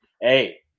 hey